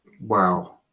Wow